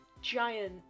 Giant